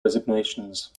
resignations